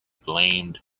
blamed